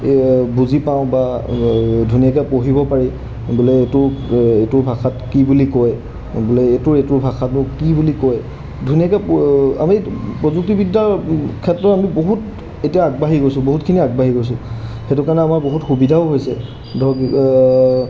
বুজি পাওঁ বা ধুনীয়াকৈ পঢ়িব পাৰি বোলে এইটো এইটো ভাষাত কি বুলি কয় বোলে এইটোৰ এইটো ভাষাতনো কি বুলি কয় ধুনীয়াকৈ আমি প্ৰযুক্তিবিদ্যাৰ ক্ষেত্ৰত আমি বহুত এতিয়া আগবাঢ়ি গৈছোঁ বহুতখিনি আগবাঢ়ি গৈছোঁ সেইটো কাৰণে আমাৰ বহুত সুবিধাও হৈছে ধৰক